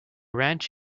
ranch